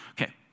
Okay